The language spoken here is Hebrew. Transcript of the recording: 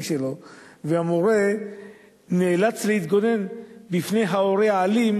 שלו והמורה נאלץ להתגונן בפני ההורה האלים,